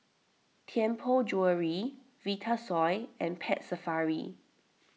Tianpo Jewellery Vitasoy and Pet Safari